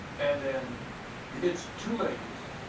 and and it's two lanes.